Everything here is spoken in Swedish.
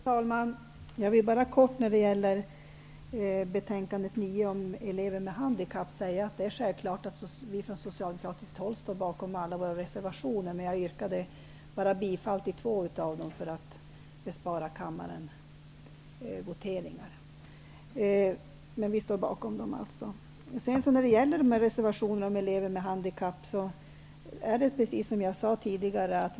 Herr talman! Jag vill bara när det gäller betänkande nr 9 om elever med handikapp kort säga att vi socialdemokrater självfallet står bakom alla våra reservationer. Jag yrkade bifall bara till två av dem för att bespara kammaren voteringar. Vi står alltså bakom dem. När det sedan gäller reservationerna om elever med handikapp är det precis som jag tidigare sade.